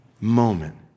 moment